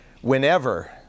whenever